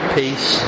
peace